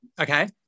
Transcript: Okay